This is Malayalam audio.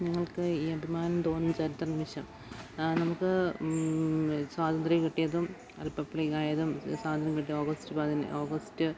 നിങ്ങൾക്ക് ഈ അഭിമാനം തോന്നിയ ചരിത്ര നിമിഷം ആ നമുക്ക് സ്വാതന്ത്ര്യം കിട്ടിയതും റിപ്പബ്ലിക്കായതും സ്വാതന്ത്ര്യം കിട്ടിയ ഓഗസ്റ്റ് ഓഗസ്റ്റ്